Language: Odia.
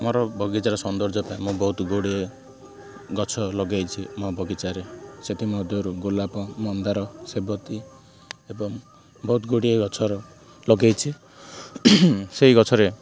ମୋର ବଗିଚାର ସୌନ୍ଦର୍ଯ୍ୟ ପାଇଁ ମୁଁ ବହୁତ ଗୁଡ଼ିଏ ଗଛ ଲଗେଇଛି ମୋ ବଗିଚାରେ ସେଥିମଧ୍ୟରୁ ଗୋଲାପ ମନ୍ଦାର ସେବତୀ ଏବଂ ବହୁତ ଗୁଡ଼ିଏ ଗଛର ଲଗେଇଛି ସେଇ ଗଛରେ